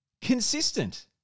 consistent